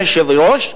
אדוני היושב-ראש,